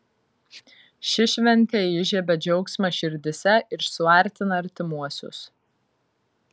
ši šventė įžiebia džiaugsmą širdyse ir suartina artimuosius